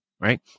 right